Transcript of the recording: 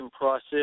process